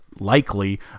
likely